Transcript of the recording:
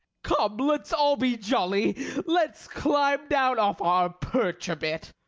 come, let's all be jolly let's climb down off our perch a bit.